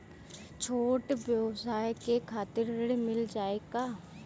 छोट ब्योसाय के खातिर ऋण मिल जाए का?